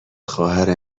خواهر